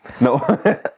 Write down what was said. No